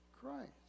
Christ